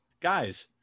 guys